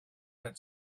that